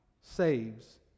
saves